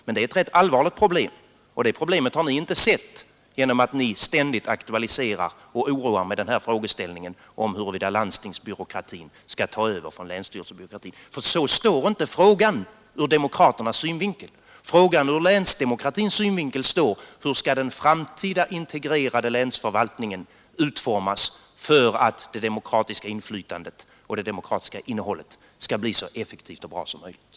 Detta är ett rätt allvarligt problem och det problemet har ni inte sett genom att ni ständigt aktualiserar och oroar med frågeställningen huruvida landstingsbyråkratin skall ta över från länsstyrelsebyråkratin. Så står inte frågan ur demokratisk synvinkel. Frågan ur länsdemokratins synvinkel är: Hur skall den framtida integrerade länsförvaltningen utformas för att det demokratiska inflytandet och det demokratiska innehållet skall bli så effektivt som möjligt?